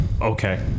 Okay